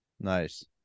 Nice